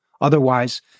Otherwise